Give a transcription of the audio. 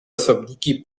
osobniki